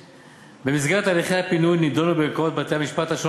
במסגרת הליכי הפינוי נדונה בערכאות בתי-המשפט השונות